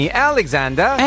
Alexander